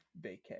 vacay